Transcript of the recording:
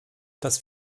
dass